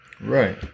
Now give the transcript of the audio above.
Right